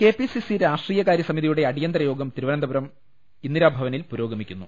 K P C C രാഷ്ട്രീയ കാര്യ സമിതിയുടെ അടിയന്തര യോഗം തിരുവനന്തപുരത്ത് ഇന്ദിരാഭവനിൽ പുരോഗമിക്കുന്നു